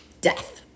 death